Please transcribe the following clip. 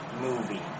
movie